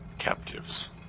captives